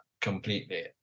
completely